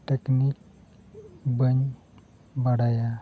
technique ᱵᱟᱹᱧ ᱵᱟᱲᱟᱭᱟ